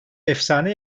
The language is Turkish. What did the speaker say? efsane